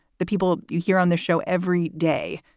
the people you hear on the show every day.